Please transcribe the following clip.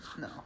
No